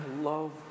love